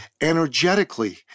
energetically